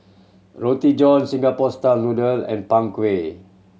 Roti John Singapore style noodle and Png Kueh